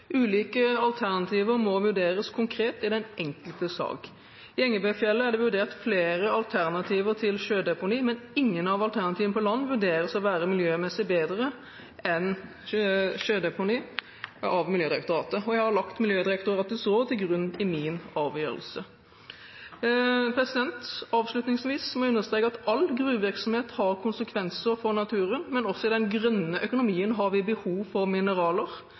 Ulike alternativer må vurderes konkret i den enkelte sak. I Engebøfjellet er det vurdert flere alternativer til sjødeponi, men ingen av alternativene på land vurderes å være miljømessig bedre enn sjødeponi av Miljødirektoratet. Jeg har lagt Miljødirektoratets råd til grunn i min avgjørelse. Avslutningsvis må jeg understreke at all gruvevirksomhet har konsekvenser for naturen. Men også i den grønne økonomien har vi behov for mineraler.